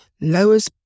lowers